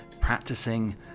practicing